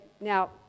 now